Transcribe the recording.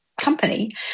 company